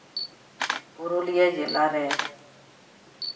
ᱯᱩᱨᱩᱞᱤᱭᱟᱹ ᱡᱮᱞᱟᱨᱮ